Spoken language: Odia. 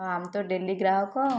ହଁ ଆମେ ତ ଡେଲି ଗ୍ରାହକ